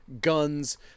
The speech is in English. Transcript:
guns